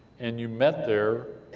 and you met there,